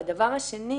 והדבר השני